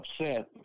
upset